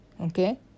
okay